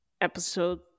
episode